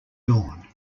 dawn